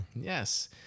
Yes